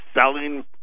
selling